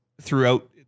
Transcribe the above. throughout